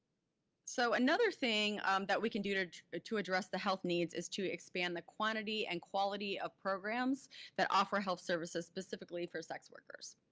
so another thing that we can do to to address the health needs is to expand the quantity and quality of programs that offer health services, specifically for sex workers.